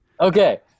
Okay